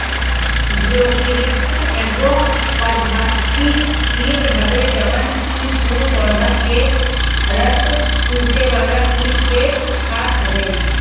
Geocoris एगो परभक्षी कीट हवे जवन की फूल पौधा के रस चुसेवाला कीड़ा के खात हवे